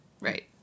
Right